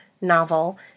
novel